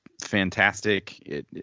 fantastic